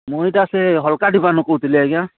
ମୁଁ ଇଟା ସେ ହଲ୍କା ଢିପାନୁ କହୁଥିଲି ଆଜ୍ଞା